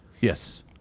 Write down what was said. Yes